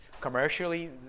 commercially